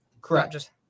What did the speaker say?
Correct